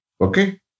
Okay